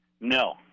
No